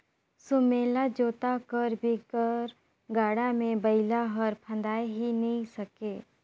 सुमेला जोता कर बिगर गाड़ा मे बइला हर फदाए ही नी सके